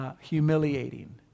Humiliating